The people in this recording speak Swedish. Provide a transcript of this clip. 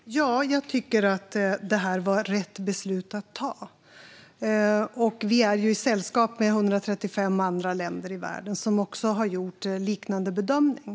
Fru talman! Ja, jag tycker att det var rätt beslut att ta, och vi har sällskap av 135 andra länder i världen som har gjort en liknande bedömning.